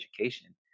education